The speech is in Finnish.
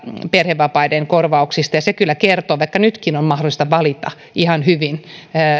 perhevapaiden korvauksista ja se kyllä kertoo vaikka nytkin on mahdollista valita ihan hyvin